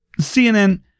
CNN